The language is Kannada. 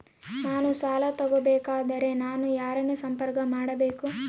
ನಾನು ಸಾಲ ತಗೋಬೇಕಾದರೆ ನಾನು ಯಾರನ್ನು ಸಂಪರ್ಕ ಮಾಡಬೇಕು?